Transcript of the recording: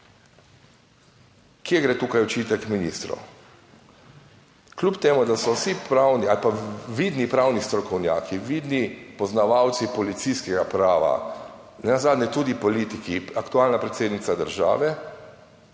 kje gre tukaj očitek ministru? Kljub temu, da so vsi pravni ali pa vidni pravni strokovnjaki, vidni poznavalci policijskega prava, nenazadnje tudi politiki, aktualna predsednica države,